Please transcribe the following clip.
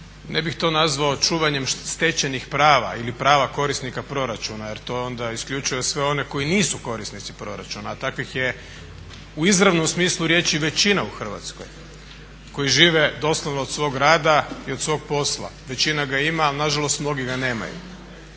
ne bih to nazvao čuvanjem stečenih prava ili prava korisnika proračuna jer to onda isključuje sve one koji nisu korisnici proračuna, a takvih je u izravnom smislu riječi većina u Hrvatskoj koji žive doslovno od svog rada i od svog posla. Većina ga ima ali nažalost mnogi ga nemaju.